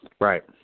Right